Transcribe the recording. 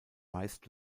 meist